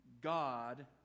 God